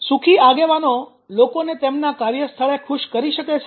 સુખી આગેવાનો લોકોને તેમના કાર્યસ્થળે ખુશ કરી શકે છે